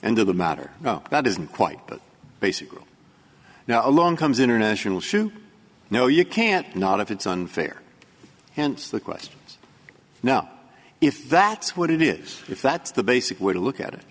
and to the matter oh that isn't quite but basically now along comes international shu no you can't not if it's unfair hence the questions now if that's what it is if that's the basic way to look at it